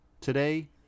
today